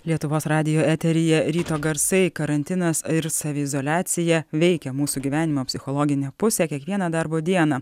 lietuvos radijo eteryje ryto garsai karantinas ir saviizoliacija veikia mūsų gyvenimą psichologinę pusę kiekvieną darbo dieną